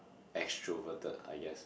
extroverted I guess